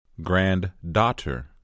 Granddaughter